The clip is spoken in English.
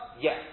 Yes